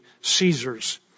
Caesars